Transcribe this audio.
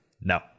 No